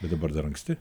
bet dabar dar anksti